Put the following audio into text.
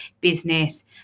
business